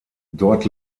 dort